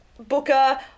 Booker